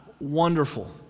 wonderful